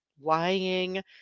lying